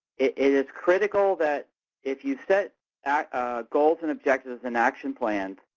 it is critical that if you set goals and objectives and action plans,